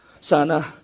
Sana